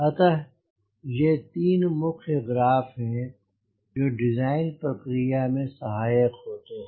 अतः ये 3 मुख्य ग्राफ हैं जो डिज़ाइन प्रक्रिया में सहायक होते हैं